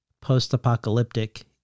post-apocalyptic